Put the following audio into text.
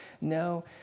no